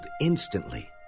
instantly